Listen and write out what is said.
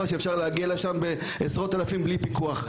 שעשרות אלפים יכולים להגיע אליו בלי פיקוח.